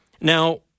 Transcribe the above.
Now